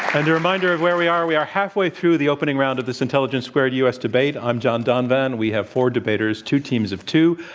and a reminder of where we are, we are halfway through the opening round of this intelligence squared u. s. debate. i'm john donvan. we have four debaters, two teams of two,